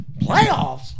Playoffs